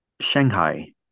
Shanghai